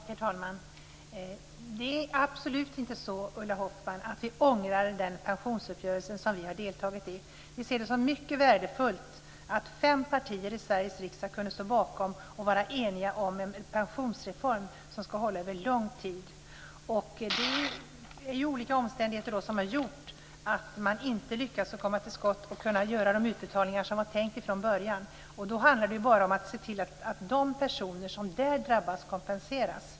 Herr talman! Det är absolut inte så, Ulla Hoffmann, att vi ångrar den pensionsuppgörelse som vi har deltagit i. Vi ser det som mycket värdefullt att fem partier i Sveriges riksdag kunde vara eniga och stå bakom en pensionsreform som ska hålla över lång tid. Det är olika omständigheter som gjort att man inte har lyckats komma till skott och kunnat göra de utbetalningar som var tänkta från början. Då handlar det bara om att se till att de personer som drabbas kompenseras.